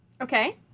Okay